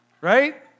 Right